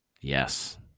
Yes